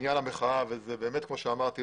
בעניין המחאה וכמו שאמרתי,